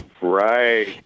Right